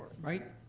right?